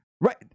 Right